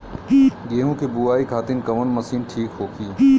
गेहूँ के बुआई खातिन कवन मशीन ठीक होखि?